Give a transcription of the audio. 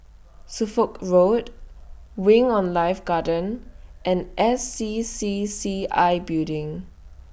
Suffolk Road Wing on Life Garden and S C C C I Building